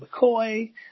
McCoy